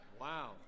Wow